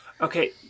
Okay